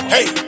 Hey